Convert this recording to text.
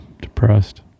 depressed